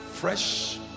Fresh